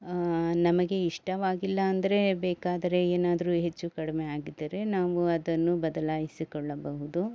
ನಮಗೆ ಇಷ್ಟವಾಗಿಲ್ಲ ಅಂದರೆ ಬೇಕಾದರೆ ಏನಾದರೂ ಹೆಚ್ಚು ಕಡಿಮೆ ಆಗಿದ್ದರೆ ನಾವು ಅದನ್ನು ಬದಲಾಯಿಸಿಕೊಳ್ಳಬಹುದು